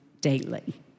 daily